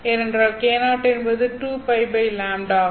ஏனென்றால் K0 என்பது 2Лλ ஆகும்